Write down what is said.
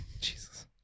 Jesus